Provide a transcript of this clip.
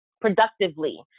productively